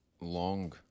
long